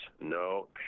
No